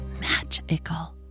magical